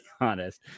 honest